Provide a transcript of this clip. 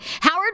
Howard